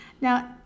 Now